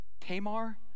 Tamar